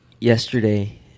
Yesterday